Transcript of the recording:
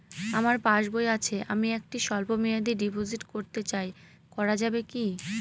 আমার পাসবই আছে আমি একটি স্বল্পমেয়াদি ডিপোজিট করতে চাই করা যাবে কি?